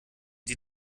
die